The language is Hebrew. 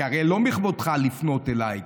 כי הרי לא מכבודך לפנות אליי,